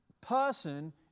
person